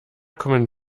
kommen